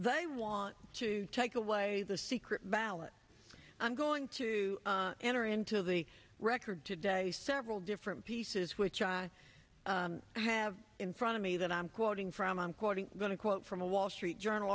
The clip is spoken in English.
they want to take away the secret ballot i'm going to enter into the record today several different pieces which i have in front of me that i'm quoting from i'm quoting going to quote from a wall street journal